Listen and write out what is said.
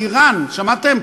איראן, איראן, איראן, שמעתם?